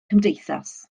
cymdeithas